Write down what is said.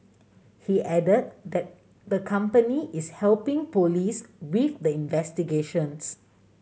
he added that the company is helping police with the investigations